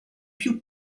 più